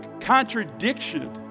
contradiction